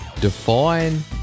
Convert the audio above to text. Define